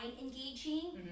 engaging